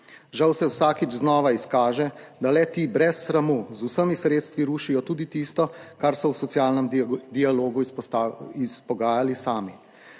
Žal se vsakič znova izkaže, da le ti brez sramu z vsemi sredstvi rušijo tudi tisto, kar so v socialnem dialogu izpogajali sami.